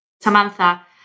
Samantha